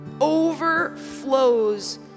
overflows